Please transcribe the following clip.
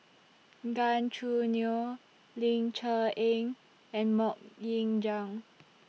Gan Choo Neo Ling Cher Eng and Mok Ying Jang